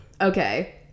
okay